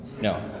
No